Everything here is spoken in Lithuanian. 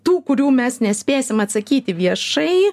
tų kurių mes nespėsim atsakyti viešai